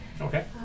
Okay